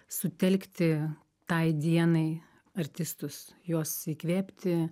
sutelkti tai dienai artistus juos įkvėpti